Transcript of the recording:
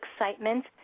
excitement